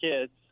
kids